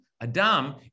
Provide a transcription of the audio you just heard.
Adam